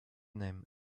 name